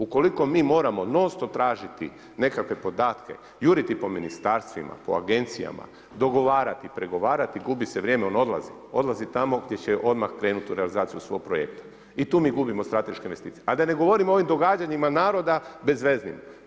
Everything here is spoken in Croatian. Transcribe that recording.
Ukoliko mi moramo non-stop tražiti nekakve podatke, juriti po ministarstvima, po agencijama, dogovarati, pregovarati, gubi se vrijeme, on odlazi, odlazi tamo gdje će odmah krenuti u realizaciju svog projekta i tu mi gubimo strateške investicije a da ne govorim o ovim događanjima naroda bezveznima.